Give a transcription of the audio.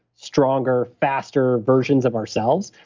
stronger, faster versions of ourselves,